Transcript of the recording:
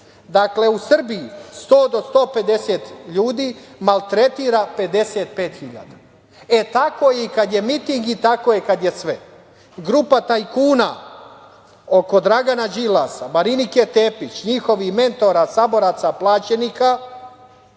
Dakle, u Srbiji 100 do 150 ljudi maltretira 55.000.Tako je i kad je miting, tako je i kad je sve. Grupa tajkuna oko Dragana Đilasa, Marinike Tepić, njihovih mentora, saboraca, plaćenika